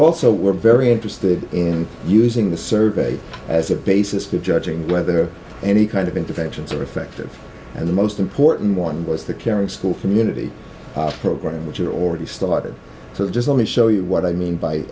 also were very interested in using the survey as a basis for judging whether any kind of interventions are effective and the most important one was the care and school community program which are already started so just let me show you what i mean